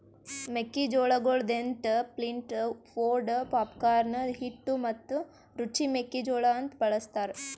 ಮೆಕ್ಕಿ ಜೋಳಗೊಳ್ dent, flint, pod, popcorn, ಹಿಟ್ಟು ಮತ್ತ ರುಚಿ ಮೆಕ್ಕಿ ಜೋಳ ಅಂತ್ ಬಳ್ಸತಾರ್